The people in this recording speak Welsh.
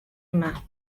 yma